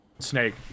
snake